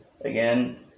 again